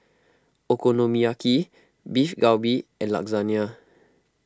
Okonomiyaki Beef Galbi and Lasagna